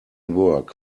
work